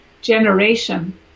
generation